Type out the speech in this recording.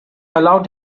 allowed